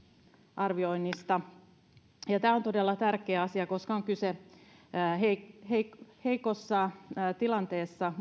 arvioinnista tämä on todella tärkeä asia koska on kyse usein heikossa tilanteessa